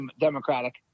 democratic